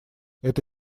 это